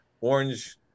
orange